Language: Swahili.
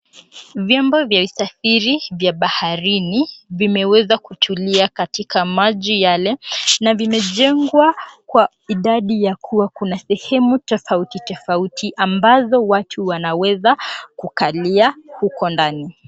Vyombo vya usafiri vya baharini vimeweza kutulia katika maji yale. Na vimejengwa kwa idadi ya kuwa kuna sehemu tofauti tofauti ambazo watu wanaweza kukalia huko ndani.